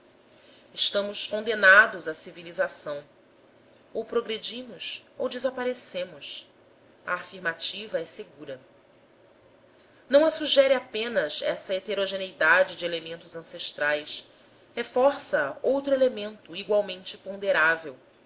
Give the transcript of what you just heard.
estamos condenados à civilização ou progredimos ou desaparecemos a afirmativa é segura não a sugere apenas essa heterogeneidade de elementos ancestrais reforça a outro elemento igualmente